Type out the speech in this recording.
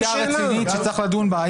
זו סוגיה רצינית שצריך לדון בה,